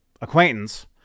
acquaintance